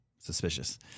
Suspicious